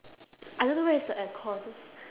I don't know where is the air con